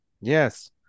Yes